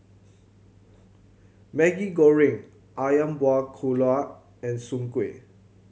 Maggi Goreng Ayam Buah Keluak and Soon Kuih